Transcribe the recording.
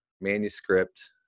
manuscript